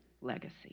legacy